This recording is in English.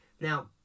Now